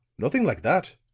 nothing like that.